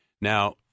Now